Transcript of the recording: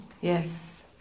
Yes